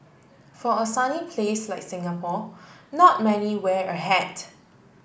for a sunny place like Singapore not many wear a hat